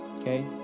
Okay